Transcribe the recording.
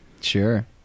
Sure